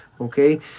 Okay